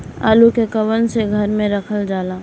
आलू के कवन से घर मे रखल जाला?